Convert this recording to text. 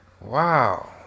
wow